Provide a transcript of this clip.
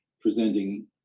presenting